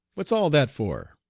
what's all that for?